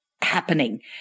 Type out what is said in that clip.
happening